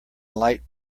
light